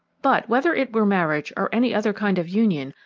but, whether it were marriage or any other kind of union,